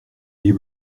des